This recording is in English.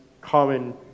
common